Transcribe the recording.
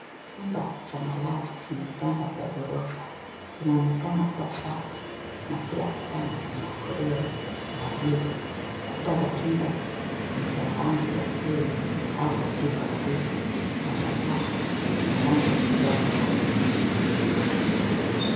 Chumba cha malazi chenye vitanda vya ghorofa kinaonekana kuwa safi na kila kitanda kina godoro la buluu. Kuta za chumba ni za rangi ya cream au kijijavivu na sakafu ni ya rangi ya kijani hafifu.